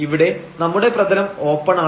ഇവിടെ നമ്മുടെ പ്രതലം ഓപ്പണാണ്